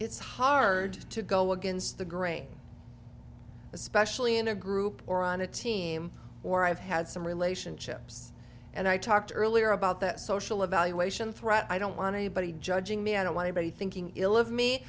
it's hard to go against the grain especially in a group or on a team or i've had some relationships and i talked earlier about that social evaluation threat i don't want anybody judging me i don't want to be thinking ill of me